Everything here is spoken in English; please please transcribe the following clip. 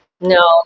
No